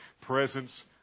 presence